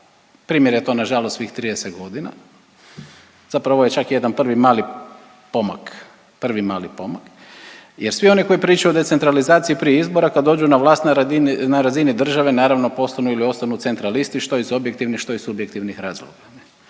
Primjer je to nažalost svih 30 godina. Zapravo ovo je čak jedan prvi mali pomak, prvi mali pomak jer svi oni koji pričaju o decentralizaciji prije izbora kad dođu na vlast na razini države naravno postanu ili ostanu centralisti što iz objektivnih, što iz subjektivnih razloga,